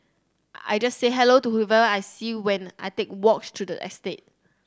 I just say hello to whoever I see when I take walks through the estate